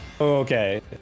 okay